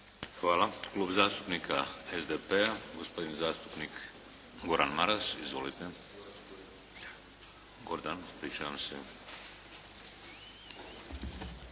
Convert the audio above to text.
Hvala. Klub zastupnika SDP-a, gospodin zastupnik Goran Maras. Izvolite. Gordan, ispričavam se.